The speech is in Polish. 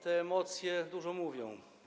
Te emocje dużo mówią.